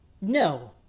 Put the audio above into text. No